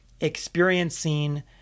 experiencing